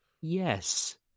Yes